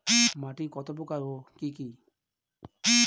মাটি কতপ্রকার ও কি কী?